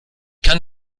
kann